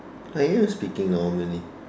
I am speaking normally